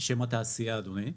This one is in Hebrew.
בשם התעשייה אדוני.